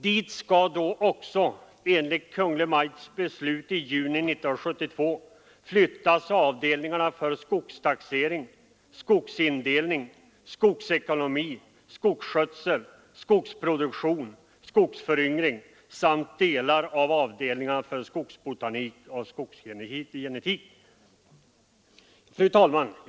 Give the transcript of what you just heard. Dit skall då också enligt Kungl. Maj:ts beslut i juni 1972 flyttas avdelningarna för skogstaxering, skogsindelning, skogsekonomi, skogsskötsel, skogsproduktion, skogsföryngring samt delar av avdelningarna för skogsbotanik och skogsgenetik. Fru talman!